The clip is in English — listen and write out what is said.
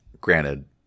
Granted